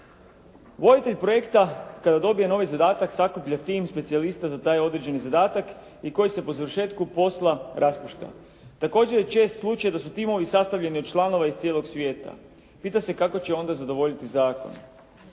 Voditelj projekta kada dobije novi zadatak sakuplja tim specijalista za taj određeni zadatak i koji se po završetku posla raspušta. Također je čest slučaj da su timovi sastavljeni od članova iz cijelog svijeta. Pitam se kako će onda zadovoljiti zakon.